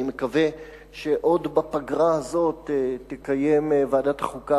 אני מקווה שעוד בפגרה הזאת תקיים ועדת החוקה,